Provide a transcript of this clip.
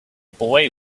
boy